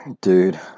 dude